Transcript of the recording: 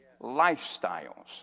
lifestyles